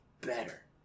better